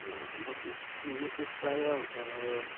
म चाहिँ म चाहिँ प्रायः